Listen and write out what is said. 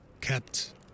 kept